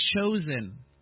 chosen